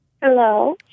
Hello